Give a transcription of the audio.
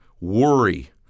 worry